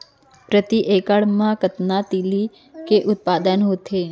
प्रति एकड़ मा कतना तिलि के उत्पादन होथे?